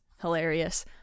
hilarious